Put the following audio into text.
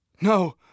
No